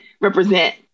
represent